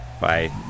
Bye